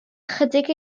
ychydig